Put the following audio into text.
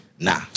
Nah